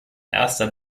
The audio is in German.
erster